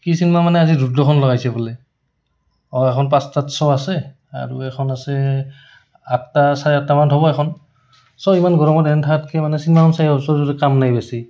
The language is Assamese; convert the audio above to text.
কি চিনেমা মানে আজি দূৰদৰ্শন লগাইছে বোলে অঁ এখন পাঁচটাত শ্ব আছে আৰু এখন আছে আঠটা চাৰে আঠটামান হ'ব এখন ছ ইমান গৰমত কাম নাই বেছি